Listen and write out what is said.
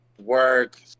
work